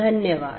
धन्यवाद